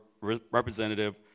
representative